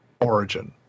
origin